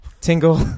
Tingle